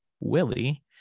Willie